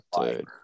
dude